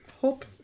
hope